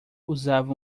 usava